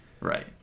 Right